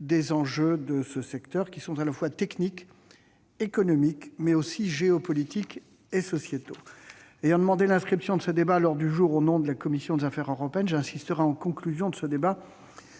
des enjeux de ce secteur, tant techniques et économiques que géopolitiques et sociétaux. Ayant demandé l'inscription de ce débat à l'ordre du jour au nom de la commission des affaires européennes, j'insisterai, en conclusion, sur la